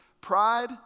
Pride